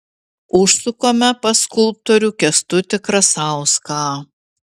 užsukame pas skulptorių kęstutį krasauską